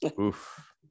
Oof